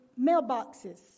mailboxes